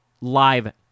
live